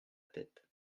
tête